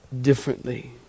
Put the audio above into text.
differently